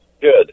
Good